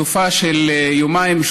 סופה של יומיים-שלושה,